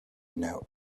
know